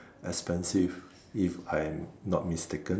expensive if I'm not mistaken